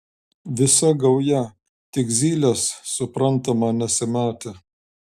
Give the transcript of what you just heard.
visa gauja tik zylės suprantama nesimatė